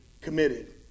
committed